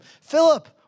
Philip